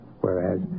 whereas